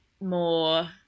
more